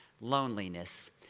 loneliness